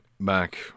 back